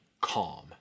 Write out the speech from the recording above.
calm